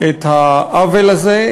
את העוול הזה,